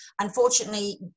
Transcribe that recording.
unfortunately